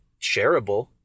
shareable